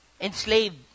enslaved